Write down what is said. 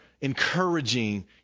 encouraging